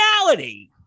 reality